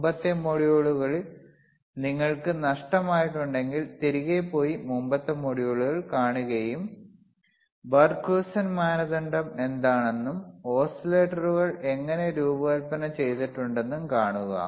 മുമ്പത്തെ മൊഡ്യൂളുകൾ നിങ്ങൾക്ക് നഷ്ടമായിട്ടുണ്ടെങ്കിൽ തിരികെ പോയി മുമ്പത്തെ മൊഡ്യൂളുകൾ കാണുകയും Barkhausen മാനദണ്ഡം എന്താണെന്നും ഓസിലേറ്ററുകൾ എങ്ങനെ രൂപകൽപ്പന ചെയ്തിട്ടുണ്ടെന്നും കാണുക